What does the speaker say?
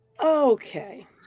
Okay